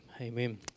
amen